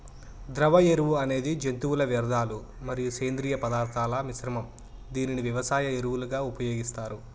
ద్రవ ఎరువు అనేది జంతువుల వ్యర్థాలు మరియు సేంద్రీయ పదార్థాల మిశ్రమం, దీనిని వ్యవసాయ ఎరువులుగా ఉపయోగిస్తారు